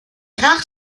rares